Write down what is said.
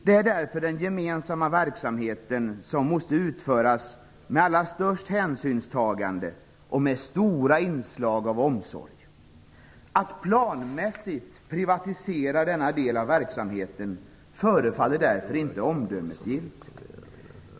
Därför är det den gemensamma verksamhet som måste utföras med störst hänsynstagande och med stora inslag av omsorg. Att planmässigt privatisera denna del av verksamheten förefaller därför inte omdömesgillt.